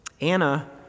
Anna